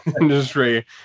industry